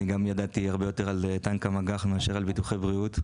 ידעתי הרבה יותר על טנק המגח מאשר על ביטוחי בריאות.